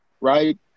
right